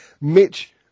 Mitch